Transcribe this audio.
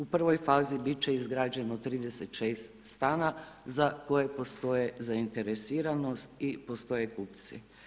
U prvoj fazi biti će izgrađeno 36 stana, za koje postoje zainteresiranost i postoje kupci.